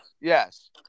yes